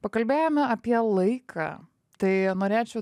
pakalbėjome apie laiką tai norėčiau